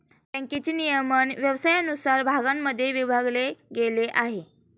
बँकेचे नियमन व्यवसायानुसार भागांमध्ये विभागले गेले आहे